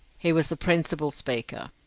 he was the principal speaker.